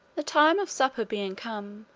the time of supper being come,